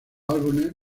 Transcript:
álbumes